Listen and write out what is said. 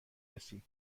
رسی